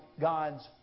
God's